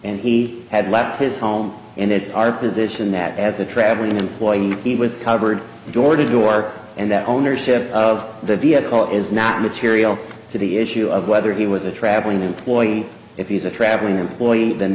and he had left his home and it's our position that as a traveling employee he was covered door to door and that ownership of the vehicle is not material to the issue of whether he was a traveling employee if he's a traveling point then